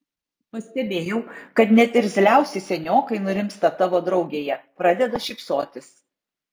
pastebėjau kad net irzliausi seniokai nurimsta tavo draugėje pradeda šypsotis